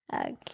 Okay